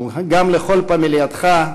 וגם לכל פמלייתך,